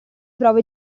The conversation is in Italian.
prove